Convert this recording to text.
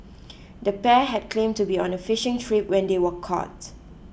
the pair had claimed to be on a fishing trip when they were caught